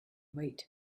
wait